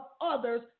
others